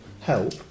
help